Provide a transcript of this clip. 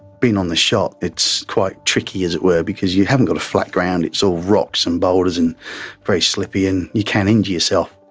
being on the shot it's quite tricky, as it were, because you haven't got flat ground, it's all rocks and boulders, it's and very slippy and you can injure yourself.